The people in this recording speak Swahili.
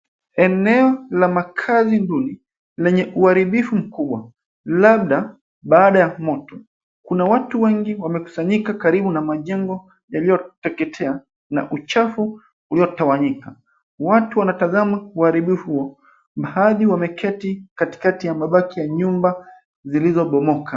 Eneo la makaazi duni lenye uharibifu mkubwa labda baada ya moto. Kuna watu wengi wamekusanyika karibu na majengo yaliyoteketea na uchafu uliotawanyika. Watu wanatazama uharibifu huo, baadhi wameketi katikati ya nyumba zilizobomoka.